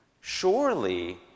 Surely